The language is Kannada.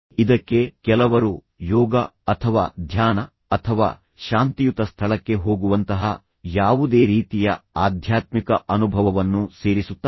ಇದಕ್ಕೆ ಕೆಲವರು ಯೋಗ ಅಥವಾ ಧ್ಯಾನ ಅಥವಾ ಶಾಂತಿಯುತ ಸ್ಥಳಕ್ಕೆ ಹೋಗುವಂತಹ ಯಾವುದೇ ರೀತಿಯ ಆಧ್ಯಾತ್ಮಿಕ ಅನುಭವವನ್ನು ಸೇರಿಸುತ್ತಾರೆ